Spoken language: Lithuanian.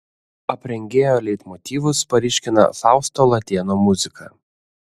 aprengėjo leitmotyvus paryškina fausto latėno muzika